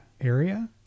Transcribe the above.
area